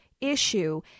issue